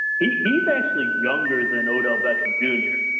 he's actually younger than odell beckham, jr.